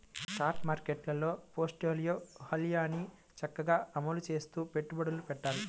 stock మార్కెట్టులో portfolio వ్యూహాన్ని చక్కగా అమలు చేస్తూ పెట్టుబడులను పెట్టాలి